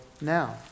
now